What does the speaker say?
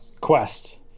quest